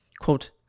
Quote